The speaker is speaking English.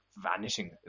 vanishing